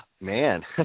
Man